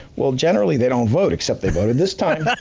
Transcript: well, generally they don't vote, except they voted this time.